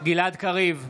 גלעד קריב,